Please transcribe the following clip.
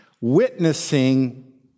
witnessing